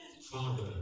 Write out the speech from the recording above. Father